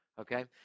Okay